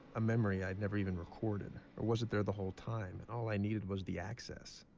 a memory i had never even recorded. or was it there the whole time and all i needed was the access?